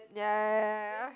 ya ya ya ya